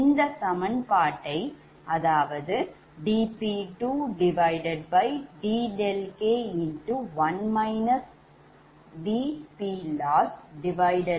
இந்த சமன்ட்பாட்டை dP2dɗk1 dPLossdPg2dP3dɗk1 dPLossdPg3